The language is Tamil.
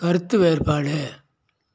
கருத்து வேறுபாடு